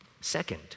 Second